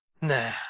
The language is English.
Nah